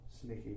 Sneaky